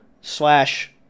slash